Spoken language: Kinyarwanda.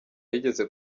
yigeze